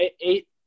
eight